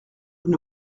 vous